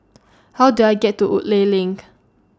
How Do I get to Woodleigh LINK